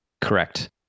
Correct